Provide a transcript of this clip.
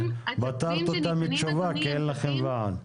פתרת אותה מתשובה כי אין לכם ועד.